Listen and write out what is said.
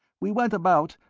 we went about,